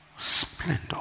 splendor